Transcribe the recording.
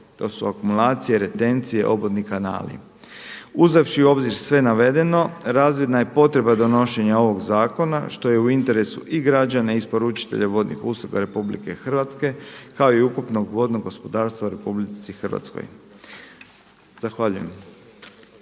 To su akumulacije, retencije, obodni kanali. Uzevši u obzir sve navedeno razvidna je potreba donošenja ovog zakona što je u interesu i građana i isporučitelja vodnih usluga RH kao i ukupnog vodnog gospodarstva u RH. Zahvaljujem.